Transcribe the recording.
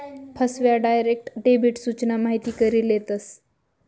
फसव्या, direct debit सूचना माहिती करी लेतस